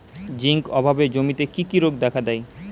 Zinc অভাবে জমিতে কি কি রোগ দেখাদেয়?